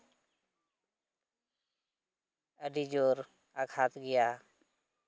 ᱟᱹᱰᱤ ᱡᱳᱨ ᱟᱜᱷᱟᱛ ᱜᱮᱭᱟ